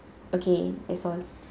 okay that's all